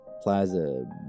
plaza